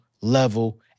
level